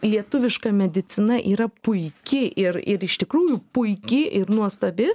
lietuviška medicina yra puiki ir ir iš tikrųjų puiki ir nuostabi